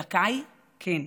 זכאי, כן.